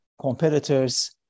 competitors